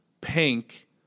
pink